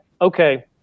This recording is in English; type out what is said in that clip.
okay –